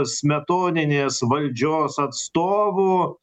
smetoninės valdžios atstovų